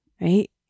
right